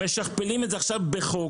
משכפלים את זה עכשיו בחוק.